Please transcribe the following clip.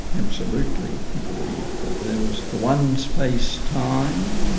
absolutely. he believed that there was the one space-time,